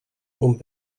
punt